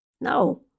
No